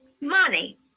money